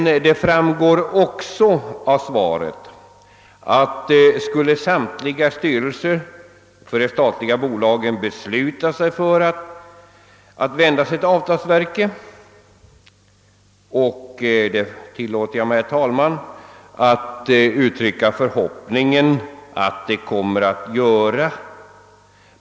Det framgår också av svaret att avtalsverkets resurser inte räcker till, om samtliga styrelser för de statliga bolagen skulle besluta sig för att begära förhandlingshjälp hos avtalsverket. Jag tillåter mig, herr talman, att uttrycka förhoppningen att så kommer att ske.